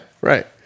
right